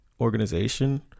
organization